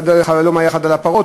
חלום אחד היה על הפרות,